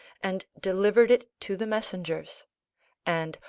and delivered it to the messengers and,